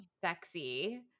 sexy